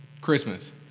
christmas